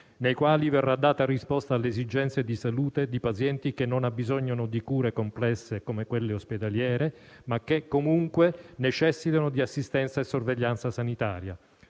nei quali verrà data risposta alle esigenze di salute di pazienti che non abbisognano di cure complesse come quelle ospedaliere, ma che comunque necessitano di assistenza e sorveglianza sanitaria;